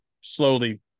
slowly